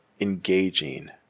engaging